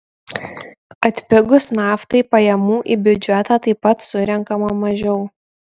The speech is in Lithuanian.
atpigus naftai pajamų į biudžetą taip pat surenkama mažiau